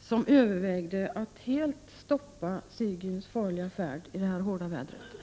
som övervägde att helt stoppa Sigyns farliga färd i detta hårda väder?